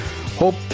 Hope